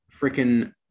freaking